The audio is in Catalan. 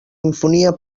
infonia